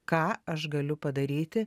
ką aš galiu padaryti